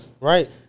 Right